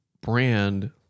brand